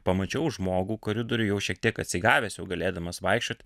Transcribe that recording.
pamačiau žmogų koridoriuj jau šiek tiek atsigavęs jau galėdamas vaikščiot